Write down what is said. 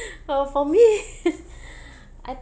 uh for me I